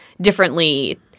differently